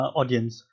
audience